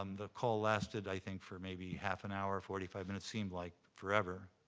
um the call lasted, i think, for maybe half an hour or forty five minutes. seemed like forever.